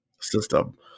system